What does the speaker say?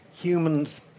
humans